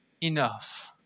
enough